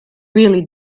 really